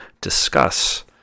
discuss